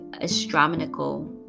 astronomical